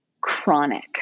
chronic